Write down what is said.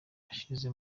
ashize